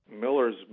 Miller's